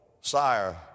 sire